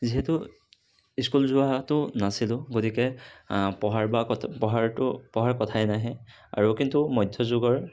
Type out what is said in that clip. যিহেতু স্কুল যোৱাটো নাছিলোঁ গতিকে পঢ়াৰ বা পঢ়াৰতো পঢ়াৰ কথাই নাহে আৰু কিন্তু মধ্য যুগৰ